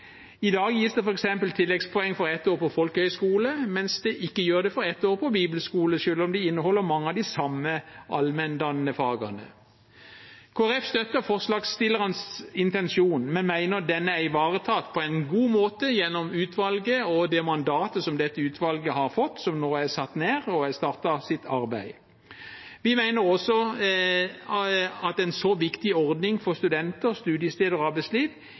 I dag gis det f.eks. tilleggspoeng for ett år på folkehøyskole, mens det ikke gjør det for ett år på bibelskole, selv om de inneholder mange av de samme allmenndannende fagene. Kristelig Folkeparti støtter forslagsstillernes intensjon, men mener denne er ivaretatt på en god måte gjennom utvalget som nå er satt ned og har startet sitt arbeid, og det mandatet som dette utvalget har fått. Vi mener også at en så viktig ordning for studenter, studiesteder og arbeidsliv